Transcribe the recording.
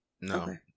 no